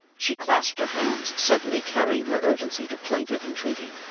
she clasped her hands, suddenly carrying her urgency to plaintive entreaty.